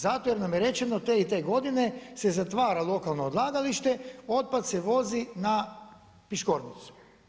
Zato jer nam je rečeno te i te godine se zatvara lokalno odlagalište, otpad se vozi na Piškornicu.